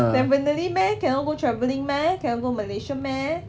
definitely meh cannot go travelling meh cannot go malaysia meh